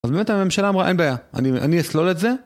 אז באמת הממשלה אמרה, אין בעיה, אני אסלול את זה?